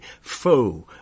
foe